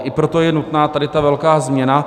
I proto je nutná tady ta velká změna.